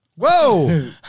Whoa